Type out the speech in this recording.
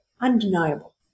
undeniable